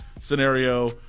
scenario